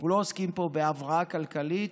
אנחנו לא עוסקים פה בהבראה כלכלית,